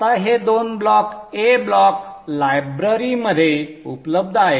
आता हे दोन ब्लॉक A ब्लॉक लायब्ररीमध्ये उपलब्ध आहेत